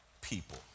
people